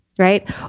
Right